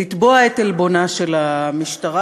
לתבוע את עלבונה של המשטרה,